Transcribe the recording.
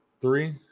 three